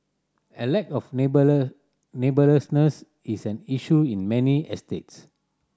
a lack of is an issue in many estates